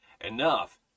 enough